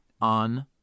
on